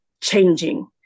changing